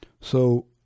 So